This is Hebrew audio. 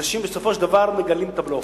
אנשים, בסופו של דבר, מגלים את הבלוף.